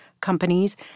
companies